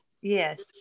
Yes